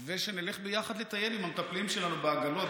ושנלך ביחד לטייל עם המטפלים שלנו בעגלות.